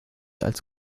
als